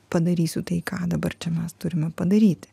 padarysiu tai ką dabar čia mes turime padaryti